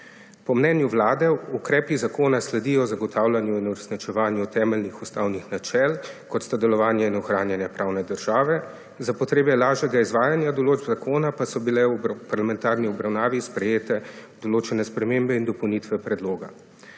Po mnenju Vlade ukrepi zakona sledijo zagotavljanju in uresničevanju temeljnih ustavnih načel, kot sta delovanje in ohranjanje pravne države, za potrebe lažjega izvajanja določb zakona pa so bile v parlamentarni obravnavi sprejete določene spremembe in dopolnitve predloga.